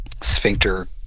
sphincter